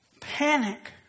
panic